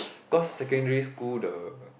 cause secondary school the